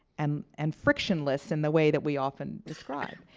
and and frictionless, in the way that we often describe.